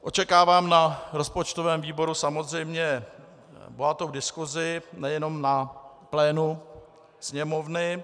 Očekávám na rozpočtovém výboru samozřejmě bohatou diskusi, nejenom na plénu Sněmovny.